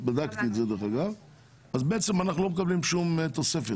בדקתי את זה אנחנו לא מקבלים כל תוספת.